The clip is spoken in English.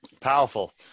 Powerful